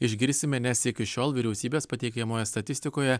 išgirsime nes iki šiol vyriausybės pateikiamoje statistikoje